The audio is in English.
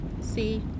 see